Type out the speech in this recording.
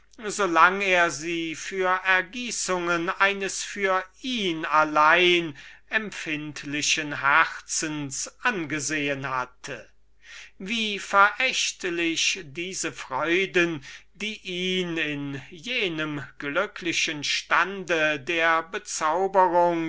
lang er sie für ergießungen eines für ihn allein empfindlichen herzens angesehen hatte wie verächtlich diese freuden die ihn in jenem glücklichen stande der